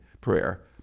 prayer